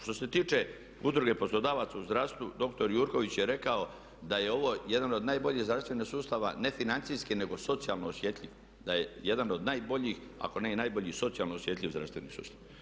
Što se tiče Udruge poslodavaca u zdravstvu dr. Jurković je rekao da je ovo jedan od najboljih zdravstvenih sustava ne financijski nego socijalno osjetljiv, da je jedan od najboljih ako ne i najbolji socijalno osjetljiv zdravstveni sustav.